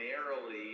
primarily